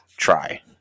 try